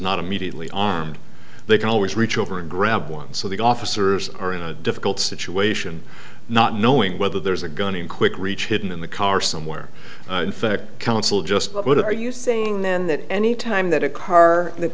not immediately armed they can always reach over and grab one so the officers are in a difficult situation not knowing whether there's a gun in quick reach hidden in the car somewhere in fact counsel just what are you saying then that any time that a car